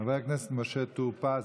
חבר הכנסת משה טור פז,